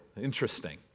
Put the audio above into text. interesting